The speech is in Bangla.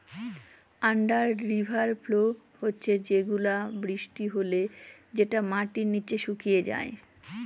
আন্ডার রিভার ফ্লো হচ্ছে সেগুলা বৃষ্টি হলে যেটা মাটির নিচে শুকিয়ে যায়